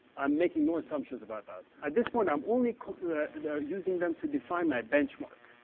i'm making no assumptions about that. at this point, i'm only using them to define my benchmark.